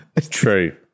True